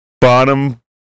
Bottom